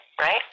right